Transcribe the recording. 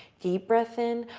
deep breath in.